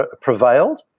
prevailed